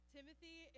Timothy